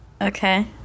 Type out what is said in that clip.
okay